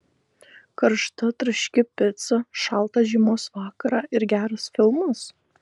karšta traški pica šaltą žiemos vakarą ir geras filmas